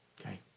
okay